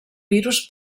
virus